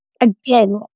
again